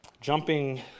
Jumping